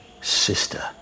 Sister